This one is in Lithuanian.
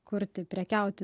kurti prekiauti